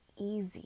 easy